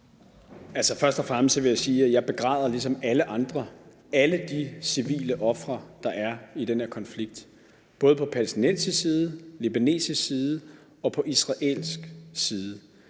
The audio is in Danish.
Først og fremmest vil jeg sige, at jeg ligesom alle andre begræder alle de civile ofre, der er i den her konflikt, både på palæstinensisk side, på libanesisk side og på israelsk side.